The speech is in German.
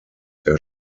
der